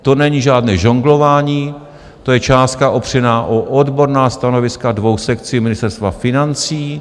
To není žádné žonglování, to je částka opřená o odborná stanoviska dvou sekcí Ministerstva financí.